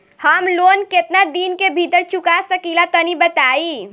हम लोन केतना दिन के भीतर चुका सकिला तनि बताईं?